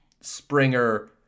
Springer